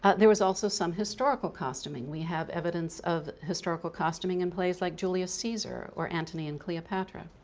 ah there was also some historical costuming. we have evidence of historical costuming in plays like julius caesar or antony and cleopatra.